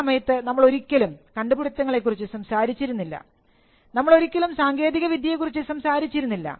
ഈ സമയത്ത് നമ്മൾ ഒരിക്കലും കണ്ടുപിടുത്തങ്ങളെ കുറിച്ച് സംസാരിച്ചിരുന്നില്ല നമ്മൾ ഒരിക്കലും സാങ്കേതികവിദ്യയെക്കുറിച്ച് സംസാരിച്ചിരുന്നില്ല